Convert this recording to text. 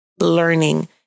learning